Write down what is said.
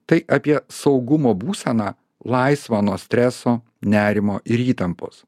tai apie saugumo būseną laisvą nuo streso nerimo ir įtampos